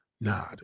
nah